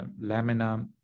lamina